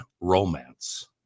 romance